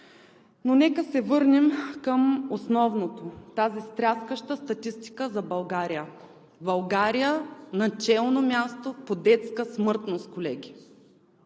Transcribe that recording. Но нека се върнем към основното – тази тряскаща статистика за България. България е на челно място по детска смъртност, колеги!